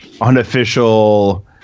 Unofficial